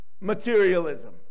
materialism